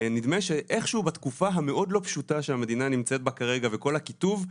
נדמה שאיכשהו בתקופה המאוד לא פשוטה שהמדינה נמצאת בה כרגע וכל הכיתוב,